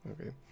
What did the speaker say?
okay